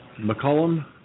McCollum